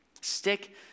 Stick